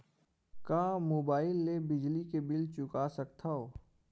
का मुबाइल ले बिजली के बिल चुका सकथव?